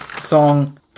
song